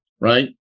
right